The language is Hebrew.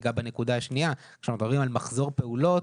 וזאת הנקודה השנייה על מחזור פעולות,